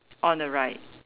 on the right